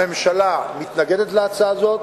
הממשלה מתנגדת להצעה זו,